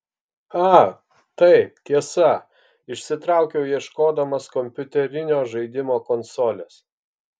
a taip tiesa išsitraukiau ieškodamas kompiuterinio žaidimo konsolės